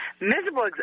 miserable